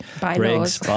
bylaws